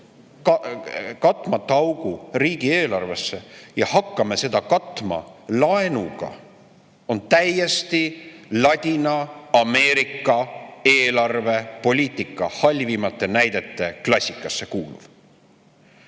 katmata augu riigieelarvesse ja hakkame seda katma laenuga, on täiesti Ladina-Ameerika eelarvepoliitika halvimate näidete klassikasse kuuluv.